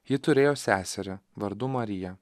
ji turėjo seserį vardu marija